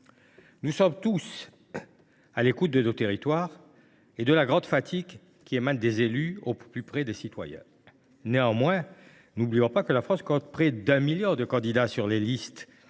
Nous sommes tous à l’écoute de nos territoires ; nous connaissons la grande fatigue des élus au plus près des citoyens. Néanmoins, n’oublions pas que la France compte près d’un million de candidats sur les listes